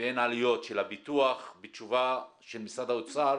ואין עלויות של הביטוח, בתשובה של משרד האוצר,